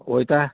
वयता